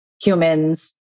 humans